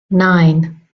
nine